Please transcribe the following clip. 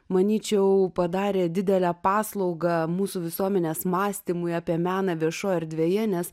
manyčiau padarė didelę paslaugą mūsų visuomenės mąstymui apie meną viešoj erdvėje nes